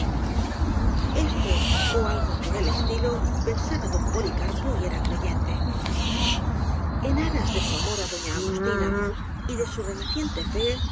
esto ó algo por el estilo pensaba don policarpo y era creyente en aras de su amor á doña agustina y de su re naciente fe